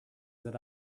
that